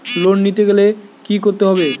Loan নিতে গেলে কি করতে হবে?